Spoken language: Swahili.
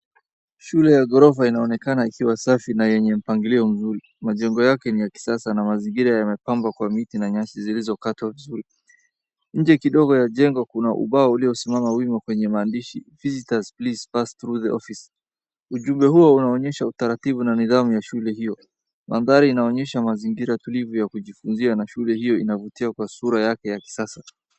Shule ya ghorofa inaonekana ikiwa safi na yenye mpangilio mzuri. Majengo yake ni ya kisasa na mazingira yamepambwa kwa miti na nyasi zilizokatwa vizuri. Nje kidogo ya jengo kuna ubao uliosimama wima kwenye maandishi visitors please pass through the office .Ujumbe huo unaonyesha utaratibu na nidhamu ya shule hiyo. Mandhari inaonyesha mazingira tulivu ya kijifunzia na shule hiyo inavutia kwa sura yake ya kisasa.